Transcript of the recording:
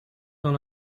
dans